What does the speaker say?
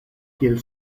kiel